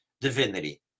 divinity